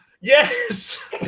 Yes